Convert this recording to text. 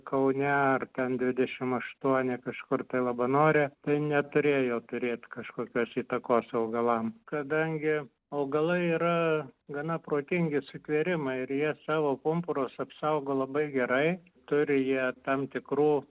kaune ar ten dvidešim aštuoni kažkur tai labanore tai neturėjo turėt kažkokios įtakos augalam kadangi augalai yra gana protingi sutvėrimai ir jie savo pumpurus apsaugo labai gerai turi jie tam tikrų